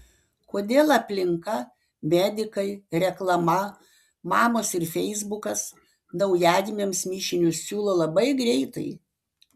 kodėl aplinka medikai reklama mamos ir feisbukas naujagimiams mišinius siūlo labai greitai